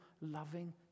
loving